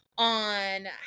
on